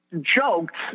joked